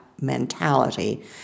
mentality